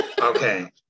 Okay